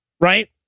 right